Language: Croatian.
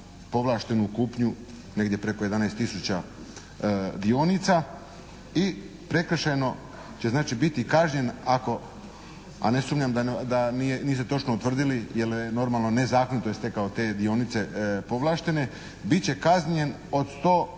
povlaštenu kupnju negdje preko 11 tisuća dionica i prekršajno će znači biti kažnjen ako, a ne sumnjam da niste točno utvrdili je li normalno nezakonito je stekao te dionice povlaštene, bit će kažnjen od 100 do